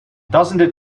doesn’t